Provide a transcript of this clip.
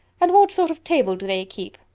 and what sort of table do they keep?